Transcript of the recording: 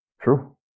true